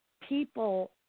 people